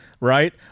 right